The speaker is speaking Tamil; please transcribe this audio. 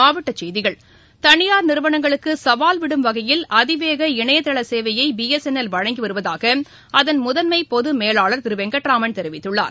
மாவட்டச் செய்திகள் தனியாா் நிறுவனங்களுக்கு சவால்விடும் வகையில் அதிவேக இணையதள சேவையை பி எஸ் என் எல் வழங்கி வருவதாக அதன் முதன்மை பொது மேலாளர் திரு வெங்கட் ரமணன் தெரிவித்துள்ளார்